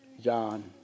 John